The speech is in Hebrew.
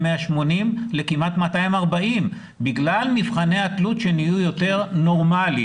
ל-180,000 לכמעט 240,000 בגלל מבחני התלות שהם יותר נורמליים.